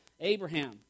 Abraham